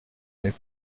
n’est